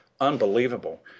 Unbelievable